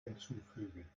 hinzufügen